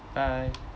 bye